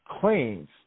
claims